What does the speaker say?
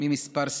מכמה סיבות: